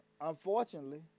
unfortunately